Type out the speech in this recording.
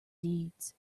deeds